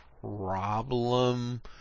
problem